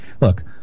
look